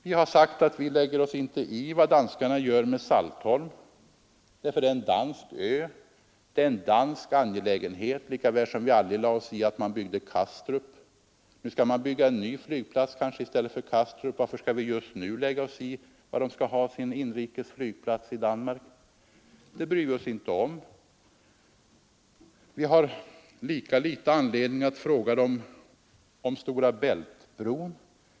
Vi har sagt att vi inte lägger oss i vad danskarna gör med Saltholm — för det är en dansk ö, det är en dansk angelägenhet lika väl som vi aldrig lade oss i att de byggde Kastrup. Nu skall de kanske bygga en ny flygplats i stället för Kastrup, men varför skall vi just nu lägga oss i var de skall ha sin inrikes flygplats? Det bryr vi oss inte om. Vi har lika liten anledning att fråga dem om Stora Bältbron.